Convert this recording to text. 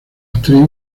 actriz